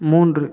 மூன்று